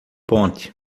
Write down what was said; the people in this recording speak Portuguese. ponte